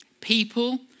People